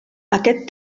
aquest